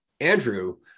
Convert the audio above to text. Andrew